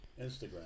Instagram